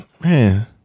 Man